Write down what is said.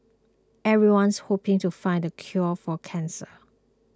everyone's hoping to find the cure for cancer